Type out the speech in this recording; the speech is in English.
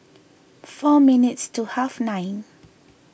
four minutes to half nine